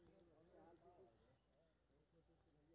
सरकार के तरफ से कोन कोन ऋण योजना छै?